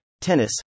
tennis